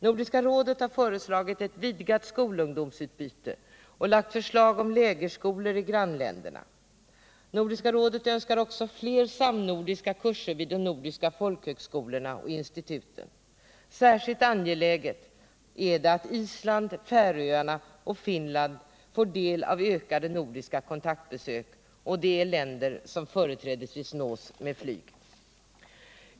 Nordiska rådet har föreslagit ett vidgat skolungdomsutbyte och lagt förslag om lägerskolor i grannländerna. Nordiska rådet önskar också fler samnordiska kurser vid de nordiska folkhögskolorna och instituten. Särskilt angeläget är det att Island, Färöarna och Finland får del av ökade nordiska kontaktbesök, och dessa länder nås företrädesvis med flyg.